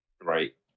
right